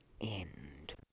end